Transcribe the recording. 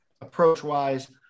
approach-wise